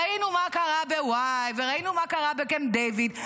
ראינו מה קרא בוואי, וראינו מה קרה בקמפ דייוויד.